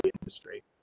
industry